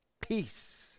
Peace